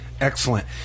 Excellent